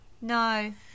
No